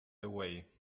away